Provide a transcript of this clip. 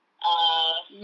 uh